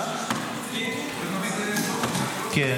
--- כן.